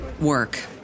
work